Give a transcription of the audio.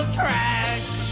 trash